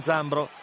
Zambro